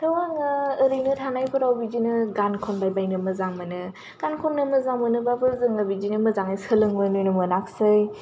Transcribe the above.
आङो ओरैनो थानायफोराव बिदिनो गान खनबायबायनो मोजां मोनो गान खननो मोजां मोनोबाबो जोङो बिदिनो मोजाङै सोलोंबोनो मोनासै